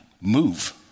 move